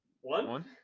One